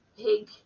pig